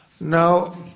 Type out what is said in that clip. Now